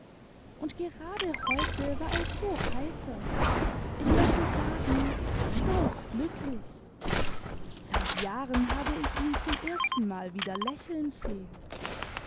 und gerade heute war er so heiter ich möchte sagen stolz glücklich seit jahren habe ich ihn zum erstenmal wieder lächeln sehen